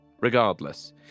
Regardless